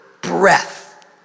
breath